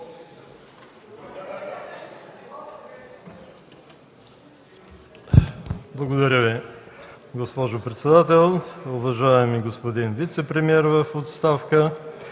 Благодаря Ви, госпожо председател. Уважаеми господин вицепремиер в оставка,